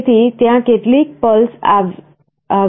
તેથી ત્યાં કેટલીક પલ્સ આવી આવશે